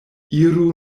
iru